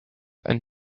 and